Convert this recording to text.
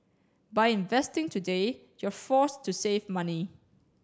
by investing today you're forced to save money